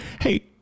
Hey